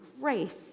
grace